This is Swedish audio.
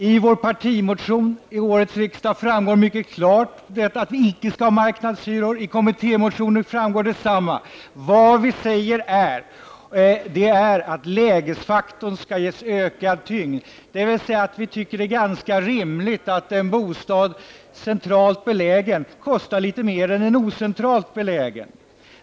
I vår partimotion till årets riksdag framgår mycket klart att vi icke skall ha marknadshyror. I kommittémotioner framhålls detsamma. Vi säger att lägesfaktorn skall ges ökad tyngd, dvs. vi tycker att det är ganska rimligt att en centralt belägen bostad får kosta litet mer än en ocentralt belägen.